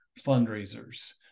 fundraisers